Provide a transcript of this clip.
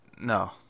no